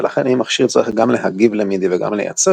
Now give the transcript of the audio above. ולכן אם מכשיר צריך גם להגיב למידי וגם לייצר